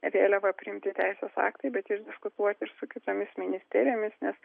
vėliava priimti teisės aktai bet išdiskutuoti ir su kitomis ministerijomis nes